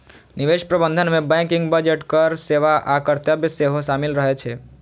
निवेश प्रबंधन मे बैंकिंग, बजट, कर सेवा आ कर्तव्य सेहो शामिल रहे छै